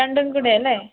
രണ്ടുംകൂടെയാണല്ലേ